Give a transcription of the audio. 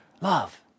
Love